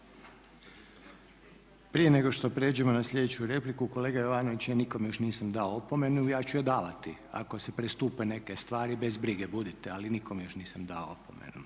Prije nego što pređemo na sljedeću repliku, kolega Jovanović, ja nikome još nisam dao opomenu, ja ću je davati ako se prestupe neke stvari, bez brige budite, ali nikome još nisam dao opomenu.